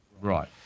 Right